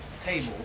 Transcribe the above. table